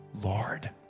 Lord